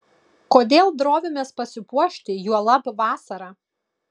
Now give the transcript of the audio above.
kodėl drovimės pasipuošti juolab vasarą